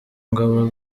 ngabo